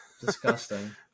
Disgusting